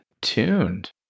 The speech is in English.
tuned